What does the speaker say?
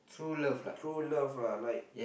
true love lah like